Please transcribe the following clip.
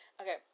okay